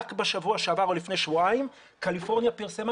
רק בשבוע שעבר או לפני שבועיים קליפורניה פרסמה